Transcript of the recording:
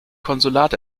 konsulat